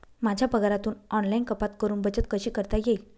माझ्या पगारातून ऑनलाइन कपात करुन बचत कशी करता येईल?